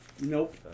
Nope